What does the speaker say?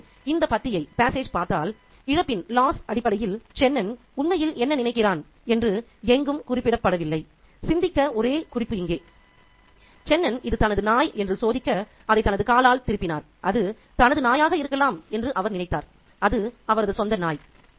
எனவே இந்த பத்தியைப் பார்த்தால் இழப்பின் அடிப்படையில் சென்னன் உண்மையில் என்ன நினைக்கிறான் என்று எங்கும் குறிப்பிடப்படவில்லை சிந்திக்க ஒரே குறிப்பு இங்கே சென்னன் இது தனது நாய் என்று சோதிக்க அதை தனது காலால் திருப்பினார் அது தனது நாயாக இருக்கலாம் என்று அவர் நினைத்தார் அது அவரது சொந்த நாய்